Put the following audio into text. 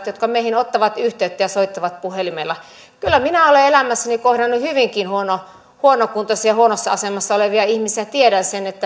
jotka meihin ottavat yhteyttä ja soittavat puhelimella kyllä minä olen elämässäni kohdannut hyvinkin huonokuntoisia ja huonossa asemassa olevia ihmisiä ja tiedän sen